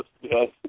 yes